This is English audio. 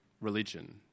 religion